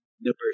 Number